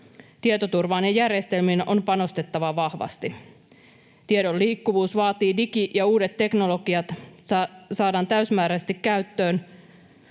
Tietoturvaan ja järjestelmiin on panostettava vahvasti. Tiedon liikkuvuus vaatii sitä, että digi- ja uudet teknologiat saadaan täysmääräisesti käyttöön